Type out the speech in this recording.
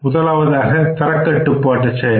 முதலாவதாக தரக்கட்டுப்பாட்டு செயல்